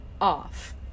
off